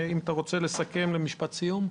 אתה רוצה לסכם במשפט סיום?